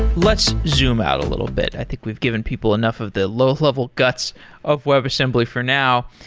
let's zoom out a little bit. i think we've given people enough of the low-level guts of webassembly for now.